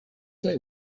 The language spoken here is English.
they